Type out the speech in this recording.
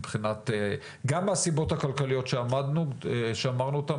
גם מהסיבות הכלכליות שאמרנו אותן,